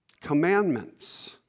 Commandments